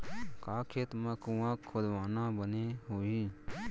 का खेत मा कुंआ खोदवाना बने होही?